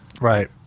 Right